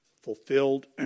fulfilled